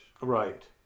right